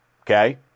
Okay